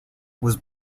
was